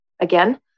again